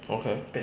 okay